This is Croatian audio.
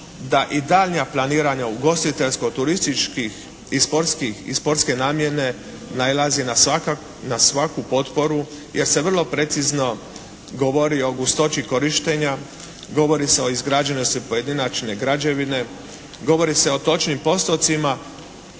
da i daljnja planiranja ugostiteljsko-turističkih i sportske namjene nailazi na svaku potporu jer se vrlo precizno govori o gustoći korištenja, govori se o izgrađenosti pojedinačne građevine, govori se o točnim postocima,